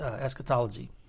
eschatology